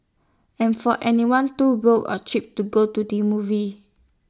and for anyone too broke or cheap to go to the movies